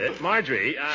Marjorie